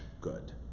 good